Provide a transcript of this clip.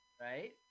right